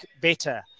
better